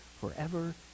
forever